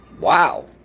Wow